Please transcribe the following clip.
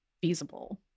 feasible